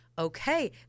Okay